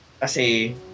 Kasi